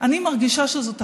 אני מרגישה שזאת אחריות,